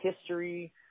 history